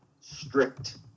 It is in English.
strict